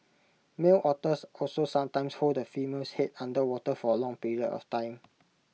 male otters also sometimes hold the female's Head under water for A long period of time